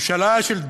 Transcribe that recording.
ממשלה של דחיינים,